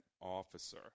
Officer